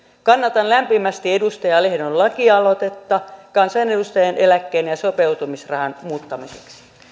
kannatan lämpimästi edustaja lehdon lakialoitetta kansanedustajan eläkkeen ja sopeutumisrahan muuttamiseksi